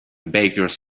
bakers